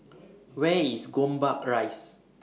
Where IS Gombak Rise